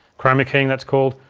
chroma keying that's called.